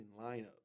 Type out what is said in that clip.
lineup